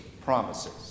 Promises